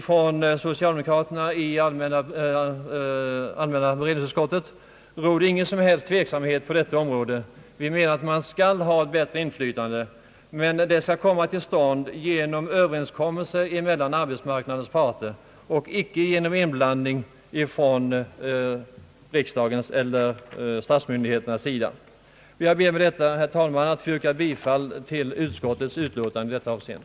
Hos socialdemokraterna inom allmänna beredningsutskottet råder ingen som helst tveksamhet om att det skall förekomma ett bättre inflytande, men vi anser att detta inflytande skall komma till stånd genom överenskommelse mellan arbetsmarknadens parter och icke genom inblandning från riksdagens eller statsmyndigheternas sida. Jag ber, herr talman, att med detta få yrka bifall till utskottets utlåtande.